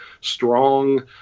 strong